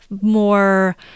more